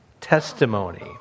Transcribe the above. testimony